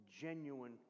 genuine